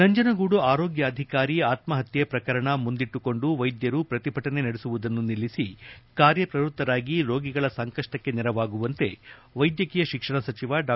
ನಂಜನಗೂಡು ಆರೋಗ್ಯಾಧಿಕಾರಿ ಆತ್ಮಹತ್ಯೆ ಪ್ರಕರಣ ಮುಂದಿಟ್ಟುಕೊಂಡು ವೈದ್ಯರು ಪ್ರತಿಭಟನೆ ನಡೆಸುವುದನ್ನು ನಿಲ್ಲಿಸಿ ಕಾರ್ಯಪ್ರವೃತ್ತರಾಗಿ ರೋಗಿಗಳ ಸಂಕಷ್ಠಕ್ಕೆ ನೆರವಾಗುವಂತೆ ವೈದ್ಯಕೀಯ ಶಿಕ್ಷಣ ಸಚಿವ ಡಾ